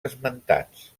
esmentats